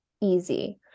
easy